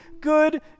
good